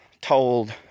told